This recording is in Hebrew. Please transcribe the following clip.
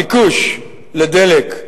הביקוש לדלק,